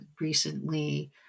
recently